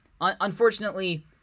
Unfortunately